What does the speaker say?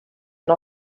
not